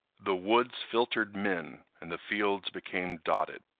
the woods filtered men and the fields became dotted.